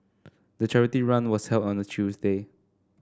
the charity run was held on a Tuesday